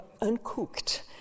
uncooked